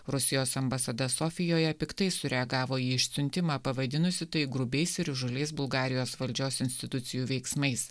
rusijos ambasada sofijoje piktai sureagavo į išsiuntimą pavadinusi tai grubiais ir įžūliais bulgarijos valdžios institucijų veiksmais